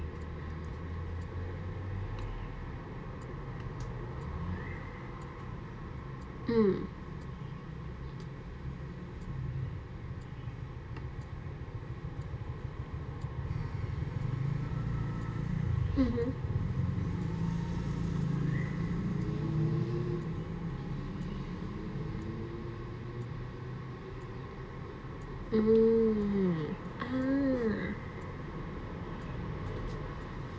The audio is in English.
mm mmhmm mmhmm